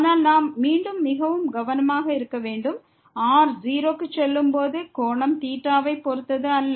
ஆனால் நாம் மீண்டும் மிகவும் கவனமாக இருக்க வேண்டும் r 0 க்கு செல்லும் போது கோணம் வை பொறுத்தது அல்ல